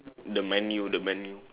the menu the menu